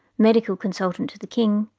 medical consultant to the king,